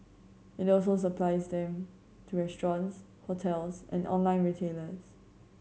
it also supplies them to restaurants hotels and online retailers